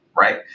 right